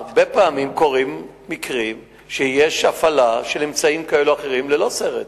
הרבה פעמים קורים מקרים שיש הפעלה של אמצעים כאלו או אחרים ללא סרט,